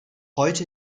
heute